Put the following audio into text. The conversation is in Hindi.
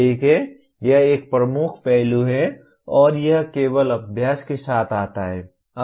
ठीक है यह एक प्रमुख पहलू है और यह केवल अभ्यास के साथ आता है